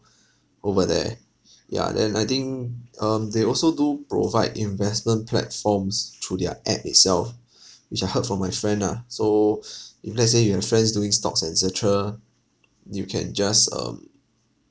over there ya then I think um they also do provide investment platforms through their app itself which I heard from my friend ah so if let's say you have friends doing stocks and et ecetera you can just um